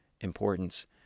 importance